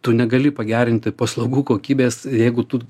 tu negali pagerinti paslaugų kokybės jeigu tu